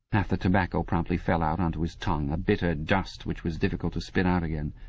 half the tobacco promptly fell out on to his tongue, a bitter dust which was difficult to spit out again.